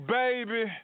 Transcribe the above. baby